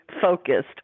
focused